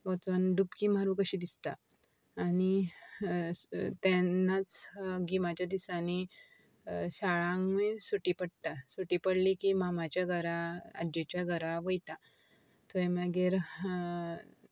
वचोन डुपकी मारूंक कशी दिसता आनी तेन्नाच गिमाच्या दिसांनी शाळांकूय सुटी पडटा सुटी पडली की मामाच्या घरा आजेच्या घरा वयता थंय मागीर